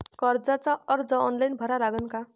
कर्जाचा अर्ज ऑनलाईन भरा लागन का?